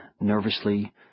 nervously